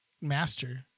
Master